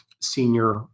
senior